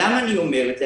למה אני אומר את זה?